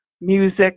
music